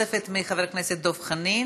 שאלה נוספת של חבר הכנסת דב חנין,